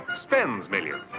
spends millions.